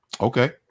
Okay